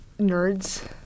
nerds